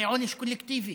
זה עונש קולקטיבי.